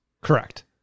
Correct